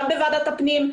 גם בוועדת הפנים,